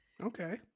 Okay